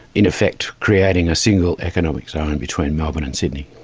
in effect creating a single economic zone between melbourne and sydney.